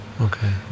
okay